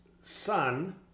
son